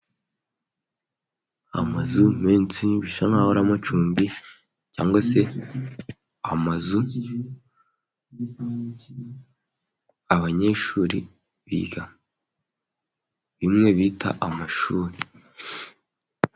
Amazu menshi bisa nkaho aramacumbi ,cyangwa se amazu abanyeshuri bigamo bimwe bita amashuri.